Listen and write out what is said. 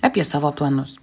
apie savo planus